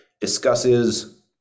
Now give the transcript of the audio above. discusses